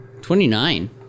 twenty-nine